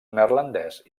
neerlandès